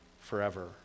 forever